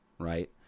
Right